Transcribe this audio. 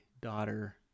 daughter